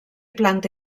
planta